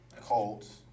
Colts